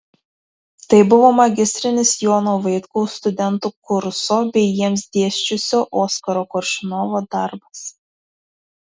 tai buvo magistrinis jono vaitkaus studentų kurso bei jiems dėsčiusio oskaro koršunovo darbas